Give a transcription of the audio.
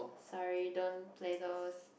sorry don't play those